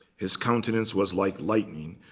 his countenance was like lightning,